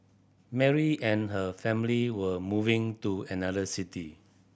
Mary and her family were moving to another city